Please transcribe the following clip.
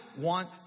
want